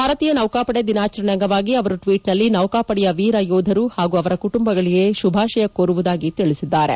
ಭಾರತೀಯ ನೌಕಾಪಡೆ ದಿನಾಚರಣೆ ಅಂಗವಾಗಿ ಅವರು ಟ್ವೀಟ್ನಲ್ಲಿ ನೌಕಾಪಡೆಯ ವೀರ ಯೋಧರು ಹಾಗೂ ಅವರ ಕುಟುಂಬಗಳಿಗೆ ಶುಭಾಶಯ ಕೋರುವುದಾಗಿ ತಿಳಿಸಿದ್ದಾರೆ